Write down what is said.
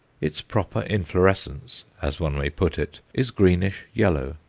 its proper inflorescence, as one may put it, is greenish yellow,